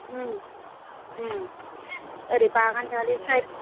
ओरै बागानसालि साइड